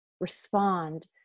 respond